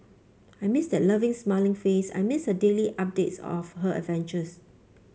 I miss that loving smiling face I miss her daily updates of her adventures